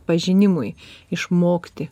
pažinimui išmokti